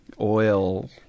Oil